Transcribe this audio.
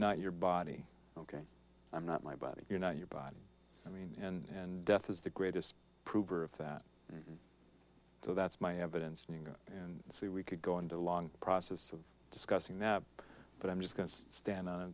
not your body ok i'm not my body you're not your body i mean and death is the greatest prove or of that so that's my evidence and see we could go into a long process of discussing that but i'm just going to stand